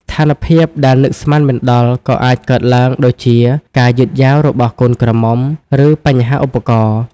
ស្ថានភាពដែលនឹកស្មានមិនដល់ក៏អាចកើតឡើងដូចជា ការយឺតយ៉ាវរបស់កូនក្រមុំ ឬបញ្ហាឧបករណ៍។